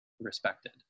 respected